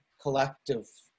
collective